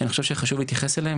שאני חושב שחשוב להתייחס אליהן,